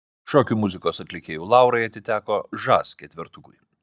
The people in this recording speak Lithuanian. šokių muzikos atlikėjų laurai atiteko žas ketvertukui